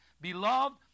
Beloved